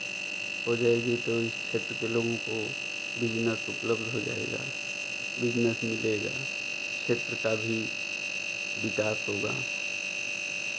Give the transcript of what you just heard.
हो जाएगी तो इस क्षेत्र के लोगों को बिज़नेस उपलब्ध हो जाएगा बिज़नेस मिलेगा क्षेत्र का भी विकास होगा